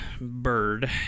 bird